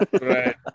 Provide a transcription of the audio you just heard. Right